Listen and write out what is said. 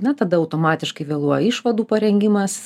na tada automatiškai vėluoja išvadų parengimas